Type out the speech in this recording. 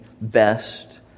best